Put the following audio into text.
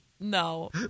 no